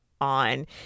On